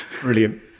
Brilliant